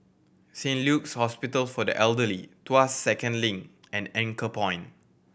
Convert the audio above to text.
Saint Luke's Hospital for the Elderly Tuas Second Link and Anchorpoint